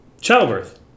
Childbirth